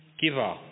giver